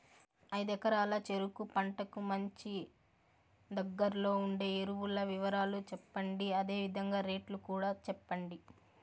ఐదు ఎకరాల చెరుకు పంటకు మంచి, దగ్గర్లో ఉండే ఎరువుల వివరాలు చెప్పండి? అదే విధంగా రేట్లు కూడా చెప్పండి?